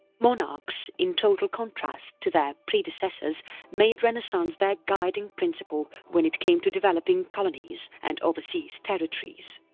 monarchs, in total contrast to their predecessors made renaissance their guiding principle when it came to developing colonies and overseas territories.